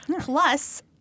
Plus